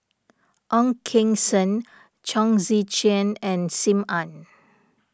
Ong Keng Sen Chong Tze Chien and Sim Ann